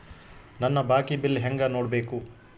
ನನ್ನ ಬಾಕಿ ಬಿಲ್ ಹೆಂಗ ನೋಡ್ಬೇಕು?